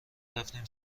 رفتیم